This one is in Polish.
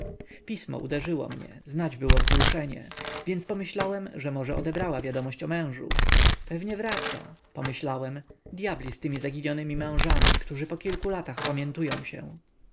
pismo uderzyło mnie znać było wzruszenie więc pomyślałem że może odebrała wiadomość o mężu pewnie wraca pomyślałem dyabli z tymi zaginionymi mężami którzy po kilku latach opamiętują się